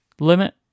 limit